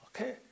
Okay